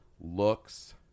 looks